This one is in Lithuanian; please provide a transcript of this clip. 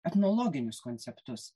etnologinius konceptus